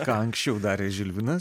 ką anksčiau darė žilvinas